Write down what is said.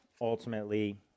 ultimately